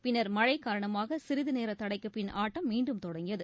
பின்னர் மழைக் காரணமாக சிறிது நேர தடைக்குப் பின் ஆட்டம் மீண்டும் தொடங்கியது